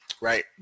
Right